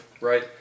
right